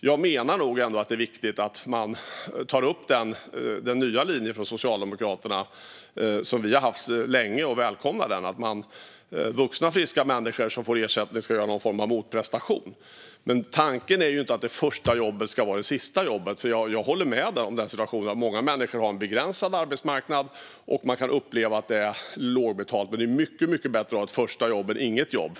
Jag menar nog ändå att det är viktigt att man tar upp den nya linjen från Socialdemokraterna. Vi har haft den länge, och vi välkomnar den. Vuxna friska människor som får ersättning ska göra någon form av motprestation. Tanken är inte att det första jobbet ska vara det sista jobbet. Jag håller med om att många människor har en begränsad arbetsmarknad, och man kan uppleva att det är lågbetalt. Men det är mycket bättre att ha ett första jobb än inget jobb.